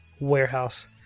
warehouse